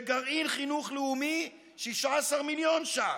לגרעין חינוך לאומי, 16 מיליון שקל.